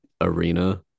arena